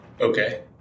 Okay